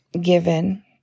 given